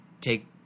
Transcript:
take